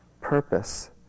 purpose